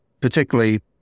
particularly